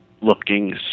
looking